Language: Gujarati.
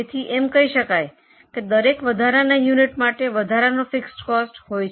તેથી દરેક વધારાના યુનિટ માટે વધારાનો ફિક્સ કોસ્ટ હોય છે